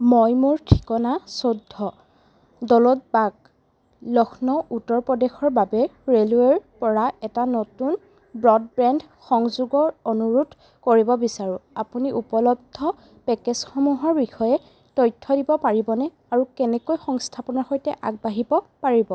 মই মোৰ ঠিকনা চৈধ্য দৌলত বাগ লক্ষ্ণৌ উত্তৰ প্ৰদেশৰ বাবে ৰেলৱায়াৰপৰা এটা নতুন ব্ৰডবেণ্ড সংযোগৰ অনুৰোধ কৰিব বিচাৰোঁ আপুনি উপলব্ধ পেকেজসমূহৰ বিষয়ে তথ্য দিব পাৰিবনে আৰু কেনেকৈ সংস্থাপনৰ সৈতে আগবাঢ়িব পাৰিব